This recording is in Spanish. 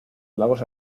lagos